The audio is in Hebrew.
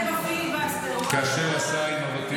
שמתאימה לצטט בפיליבסטר ----- כאשר עשה עם אבותינו.